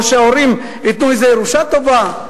או שההורים ייתנו איזו ירושה טובה.